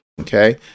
okay